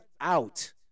out